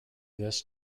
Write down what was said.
this